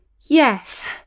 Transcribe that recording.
Yes